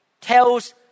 tells